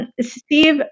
steve